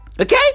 okay